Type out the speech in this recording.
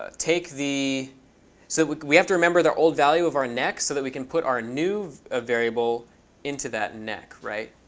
ah take the so we have to remember their old value of our neck, so that we can put our new ah variable into that neck, right?